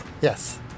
Yes